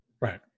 right